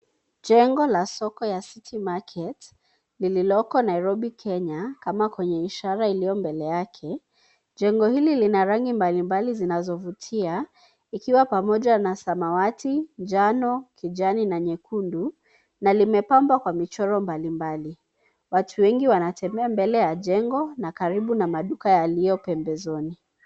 Jengo la soko ya cs[city market]cs lililoko Nairobi Kenya, kama kwenye ishara iliyo mbele yake. Jengo hili lina rangi mbalimbali zinazovutia ikiwa pamoja na samawati, njano, kijani na nyekundu na limepambwa kwa michoro mbalimbali. Watu wengi wanatembea mbele ya jengo na karibu na maduka yaliyo pembezoni.